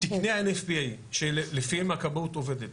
תקני NFBA שלפיהם הכבאות עובדת,